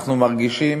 אנחנו מרגישים